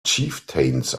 chieftains